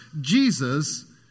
Jesus